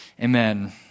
Amen